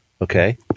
Okay